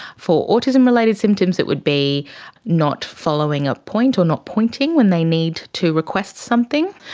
for autism related symptoms it would be not following a point or not pointing when they need to request something,